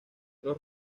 los